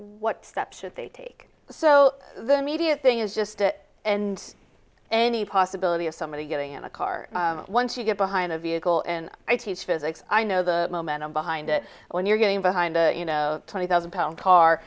what steps should they take so the media thing is just that and any possibility of somebody getting in a car once you get behind a vehicle and i teach physics i know the momentum behind it when you're getting behind you know twenty thousand pound car